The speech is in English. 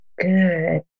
good